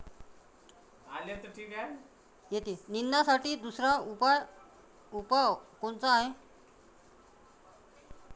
निंदनासाठी दुसरा उपाव कोनचा हाये?